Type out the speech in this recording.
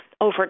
over